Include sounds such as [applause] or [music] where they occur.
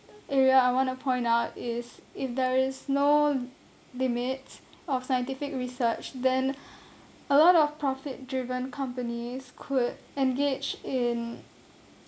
area I want to point out is if there is no limits of scientific research then [breath] a lot of profit driven companies could engage in